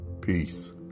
Peace